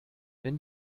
wenn